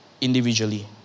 individually